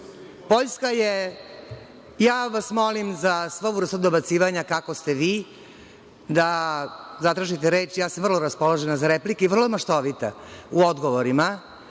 Poljska je, ja vas molim za svu vrstu dobacivanja da zatražite reč, ja sam vrlo raspoložena za replika i vrlo maštovita u odgovorima,